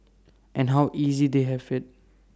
and how easy they have IT